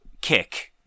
kick